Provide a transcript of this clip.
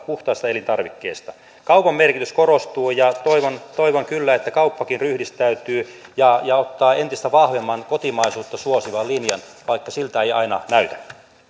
puhtaista elintarvikkeista kaupan merkitys korostuu ja toivon toivon kyllä että kauppakin ryhdistäytyy ja ja ottaa entistä vahvemman kotimaisuutta suosivan linjan vaikka siltä ei aina näytä